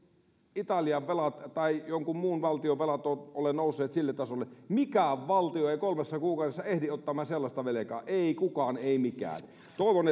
italian velat tai jonkun muun valtion velat ole nousseet sille tasolle mikään valtio ei kolmessa kuukaudessa ehdi ottamaan sellaista velkaa ei kukaan ei mikään toivon